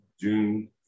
June